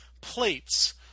plates